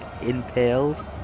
impaled